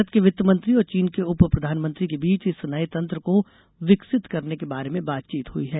भारत के वित्त मंत्री और चीन के उप प्रधानमंत्री के बीच इस नए तंत्र को विकसित करने के बारे में बातचीत हुई है